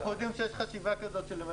אנחנו יודעים שיש חשיבה כזאת.